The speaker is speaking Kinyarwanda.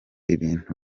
ibintu